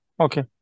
Okay